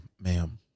Ma'am